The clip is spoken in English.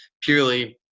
Purely